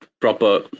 proper